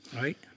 right